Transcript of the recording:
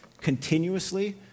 continuously